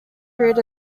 period